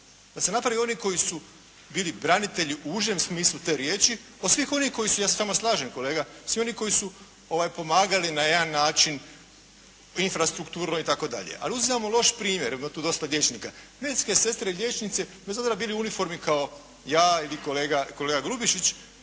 da se nabroje oni koji su bili branitelji u užem smislu te riječi od svih onih koji su, ja se tamo slažem kolega, svi oni koji su pomagali na jedan način infrastrukturno itd. Ali uzimamo loš primjer, ima tu dosta liječnika. Medicinske sestre, liječnici bez obzira bili u uniformi kao ja i kolega Grubišić